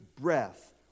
breath